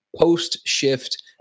Post-shift